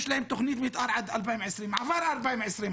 יש להם תוכנית מתאר עד 2020. עבר 2020,